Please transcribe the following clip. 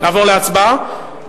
נעבור להצבעה.